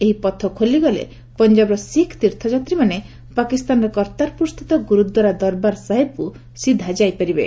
ଏହି ପଥ ଖୋଲିଗଲେ ପଞ୍ଜାବର ଶିଖ୍ ତୀର୍ଥଯାତ୍ରୀମାନେ ପାକିସ୍ତାନର କର୍ତ୍ତାରପୁର ସ୍ଥିତ ଗୁରୁଦ୍ୱାରା ଦରବାର ସାହିବ୍କୁ ସିଧା ଯାଇପାରିବେ